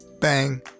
Bang